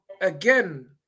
again